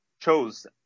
chose